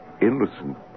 innocent